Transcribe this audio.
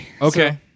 okay